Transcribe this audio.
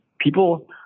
people